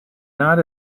not